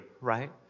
right